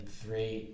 three